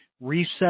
reset